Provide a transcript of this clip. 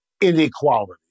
inequality